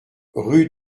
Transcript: rue